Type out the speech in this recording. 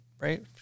Right